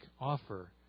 offer